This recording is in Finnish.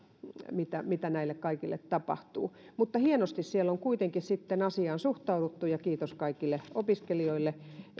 mitä mitä näille kaikille tapahtuu mutta hienosti siellä on kuitenkin asiaan suhtauduttu ja kiitos kaikille opiskelijoille